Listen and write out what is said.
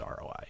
roi